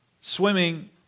swimming